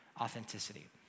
authenticity